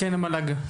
נציגת המל"ג,